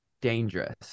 dangerous